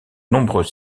nombreux